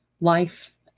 life